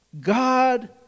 God